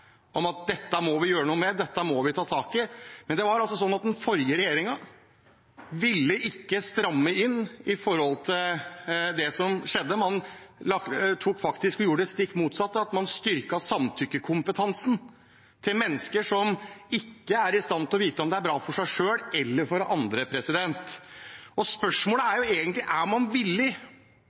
om at dette må vi gjøre noe med, dette må vi ta tak i. Den forrige regjeringen ville ikke stramme inn med tanke på det som skjedde. Man gjorde faktisk det stikk motsatte og styrket samtykkekompetansen til mennesker som gjør ting de ikke er i stand til å vite om er bra for seg selv eller andre. Spørsmålet er egentlig om man er villig